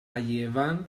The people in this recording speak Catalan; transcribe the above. llevant